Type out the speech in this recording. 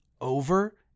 over